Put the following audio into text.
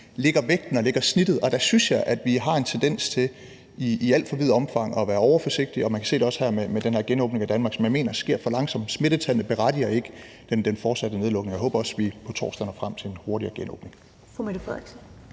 lægger vægten og lægger snittet, og der synes jeg, vi har en tendens til i alt for vidt omfang at være overforsigtige. Og man kan også se det med den her genåbning af Danmark, som jeg mener sker for langsomt, for smittetallene berettiger ikke til den fortsatte nedlukning. Jeg håber også, at vi på torsdag når frem til en hurtigere genåbning.